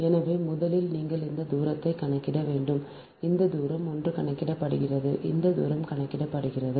எனவே முதலில் நீங்கள் இந்த தூரத்தை கணக்கிட வேண்டும் இந்த தூரம் ஒன்று கணக்கிடப்படுகிறது இந்த தூரம் கணக்கிடப்படுகிறது